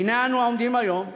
והנה, אנו עומדים היום,